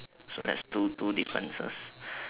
so there's two two differences